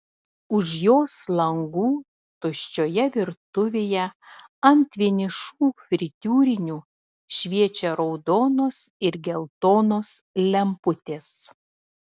už jos langų tuščioje virtuvėje ant vienišų fritiūrinių šviečia raudonos ir geltonos lemputės